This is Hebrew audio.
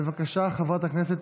בבקשה, חברת הכנסת